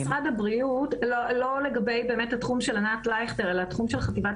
בתוך משרד הבריאות - ולא לגבי התחום של ענת לייכטר אלא התחום של חטיבת